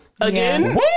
Again